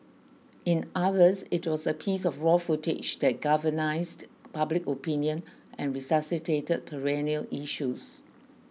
in others it was a piece of raw footage that galvanised public opinion and resuscitated perennial issues